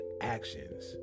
actions